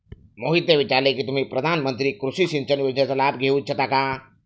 मोहितने विचारले की तुम्ही प्रधानमंत्री कृषि सिंचन योजनेचा लाभ घेऊ इच्छिता का?